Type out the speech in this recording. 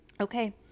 Okay